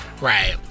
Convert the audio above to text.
Right